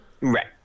Right